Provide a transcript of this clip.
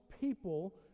people